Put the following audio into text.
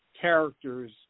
characters